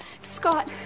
Scott